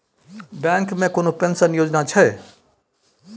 Bank मे कोनो pension योजना छै?